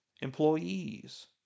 employees